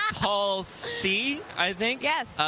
paul c, i think?